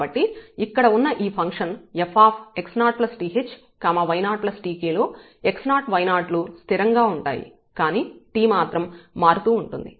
కాబట్టి ఇక్కడ ఉన్న ఈ ఫంక్షన్ fx0th y0tk లో x0 y0 లు స్థిరంగా ఉంటాయి కానీ t మాత్రం మారుతూ ఉంటుంది